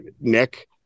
Nick